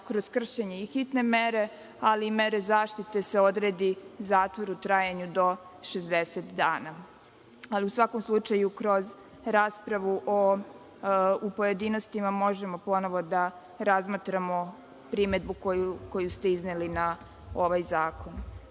kroz kršenje i hitne, ali i mere zaštite, se odredi zatvor u trajanju do 60 dana. U svakom slučaju, kroz raspravu u pojedinostima možemo ponovo da razmatramo primedbu koju ste izneli na ovaj